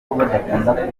kuvuga